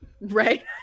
right